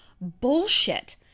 bullshit